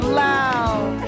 loud